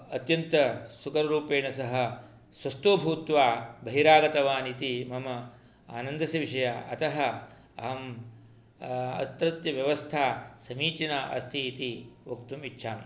अत्यन्त सुखरूपेण सह स्वस्थो भूत्वा बहिरागतवानिति मम आनन्दस्य विषय अतः अहं अत्रत्य व्यवस्था समीचीना अस्ति इति वक्तुमिच्छामि